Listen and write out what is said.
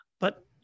but-